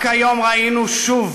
רק היום ראינו שוב